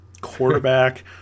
quarterback